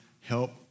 help